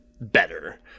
better